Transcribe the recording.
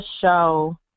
show